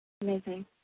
Amazing